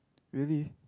really